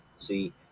See